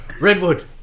Redwood